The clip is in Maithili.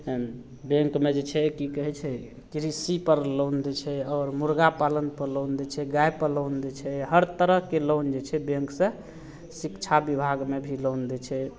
बैँकमे जे छै कि कहै छै कृषिपर लोन दै छै आओर मुरगा पालनपर लोन दै छै गाइपर लोन दै छै हर तरहके लोन जे छै बैँकसे शिक्षा विभागमे भी लोन दै छै